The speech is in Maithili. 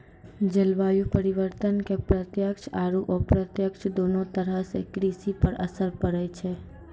जलवायु परिवर्तन के प्रत्यक्ष आरो अप्रत्यक्ष दोनों तरह सॅ कृषि पर असर पड़ै छै